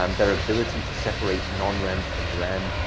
um their ability to separate non-rem from rem,